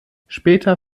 später